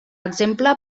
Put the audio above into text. exemple